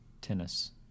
Tennis